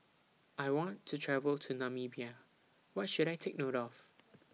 I want to travel to Namibia What should I Take note of